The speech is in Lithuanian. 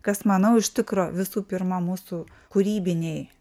kas manau iš tikro visų pirma mūsų kūrybinėj